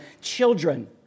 children